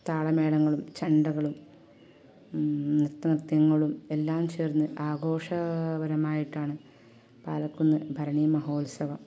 താളമേളങ്ങളും ചെണ്ടകളും നൃത്ത നൃത്യങ്ങളും എല്ലാം ചേർന്ന് ആഘോഷ പരമായിട്ടാണ് പാലക്കുന്ന് ഭരണീ മഹോത്സവം